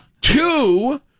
Two